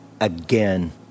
again